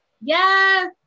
Yes